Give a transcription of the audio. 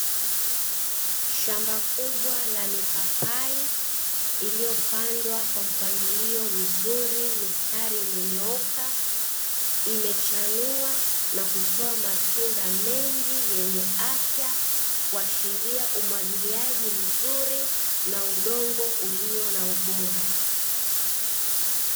Shamba kubwa mipapai iliyopandwa kwa mpangilio mzuri, mistari imenyooka imechanua na kutoa matunda mengi yenye afya kuashiria umwagiliaji mzuri na udongo ulio na ubora.